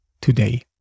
today